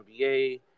NBA